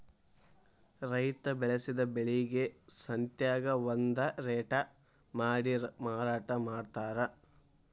ರೈತಾ ಬೆಳಸಿದ ಬೆಳಿಗೆ ಸಂತ್ಯಾಗ ಒಂದ ರೇಟ ಮಾಡಿ ಮಾರಾಟಾ ಮಡ್ತಾರ